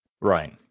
Right